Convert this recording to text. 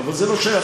אבל זה לא שייך,